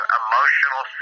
emotional